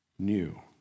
New